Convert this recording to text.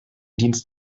dienst